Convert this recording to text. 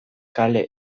kale